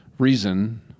Reason